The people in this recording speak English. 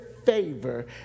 Favor